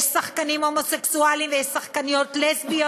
יש שחקנים הומוסקסואלים ויש שחקניות לסביות